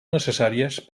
necessàries